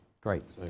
great